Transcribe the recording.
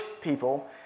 people